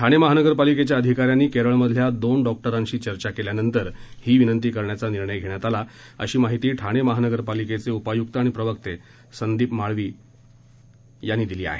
ठाणे महानगरपालिकेच्या अधिकाऱ्यांनी केरळमधल्या दोन डॉक्टरांशी चर्चा केल्यानंतर ही विनंती करण्याचा निर्णय घेण्यात आला अशी माहिती ठाणे महानगरपालिकेचे उपायुक्त आणि प्रवक्ते संदीप माळवी यांनी दिली आहे